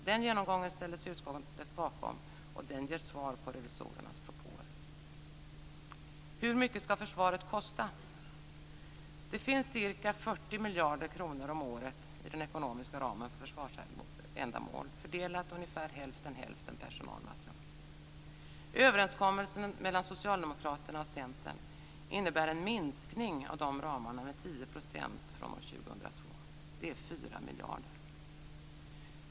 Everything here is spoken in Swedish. Den genomgången ställer utskottet sig bakom, och den ger svar på revisorernas propåer. Hur mycket ska försvaret kosta? Det finns ca 40 miljarder kronor om året i den ekonomiska ramen för försvarsändamål fördelat ungefär hälften-hälften mellan personal och materiel. Överenskommelsen mellan Socialdemokraterna och Centern innebär en minskning av den ramen med 10 % från år 2002. Det är 4 miljarder.